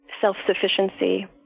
self-sufficiency